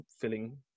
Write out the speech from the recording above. filling